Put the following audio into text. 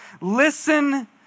Listen